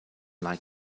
like